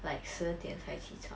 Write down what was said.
like 十二点才起床